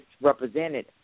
represented